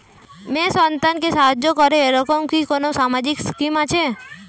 মেয়ে সন্তানকে সাহায্য করে এরকম কি কোনো সামাজিক স্কিম আছে?